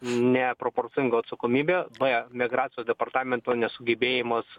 neproporcinga atsakomybė b migracijos departamento nesugebėjimas